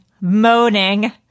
moaning